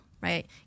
right